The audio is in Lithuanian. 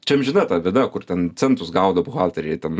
čia amžina ta bėda kur ten centus gaudo buhalteriai ten ir